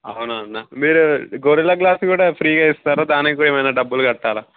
అవునా అన్న మీరు గొరిల్లా గ్లాస్ కూడా ఫ్రీగా ఇస్తారా దానికి కూడా ఏమన్న డబ్బులు కట్టాల